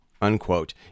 unquote